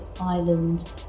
island